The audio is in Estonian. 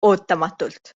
ootamatult